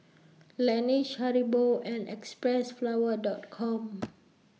Laneige Haribo and Xpressflower Dot Com